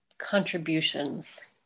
Contributions